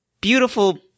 beautiful